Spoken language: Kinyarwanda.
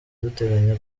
duteganya